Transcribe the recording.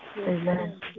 Amen